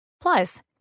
Plus